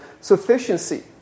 Sufficiency